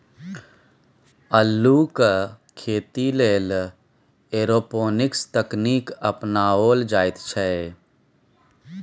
अल्लुक खेती लेल एरोपोनिक्स तकनीक अपनाओल जाइत छै